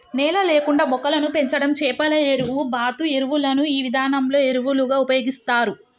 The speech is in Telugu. నేల లేకుండా మొక్కలను పెంచడం చేపల ఎరువు, బాతు ఎరువులను ఈ విధానంలో ఎరువులుగా ఉపయోగిస్తారు